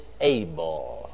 able